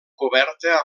coberta